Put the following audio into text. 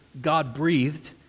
god-breathed